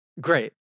great